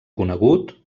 conegut